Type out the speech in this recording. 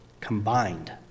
combined